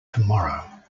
tomorrow